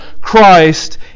Christ